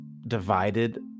divided